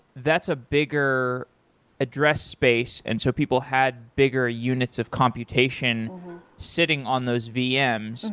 that's a bigger address space and so people had bigger units of computation sitting on those vms.